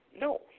No